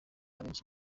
abenshi